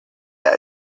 that